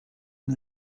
one